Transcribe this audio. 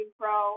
pro